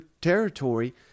territory